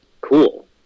Cool